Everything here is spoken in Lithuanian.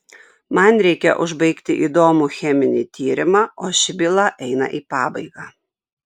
man reikia užbaigti įdomų cheminį tyrimą o ši byla eina į pabaigą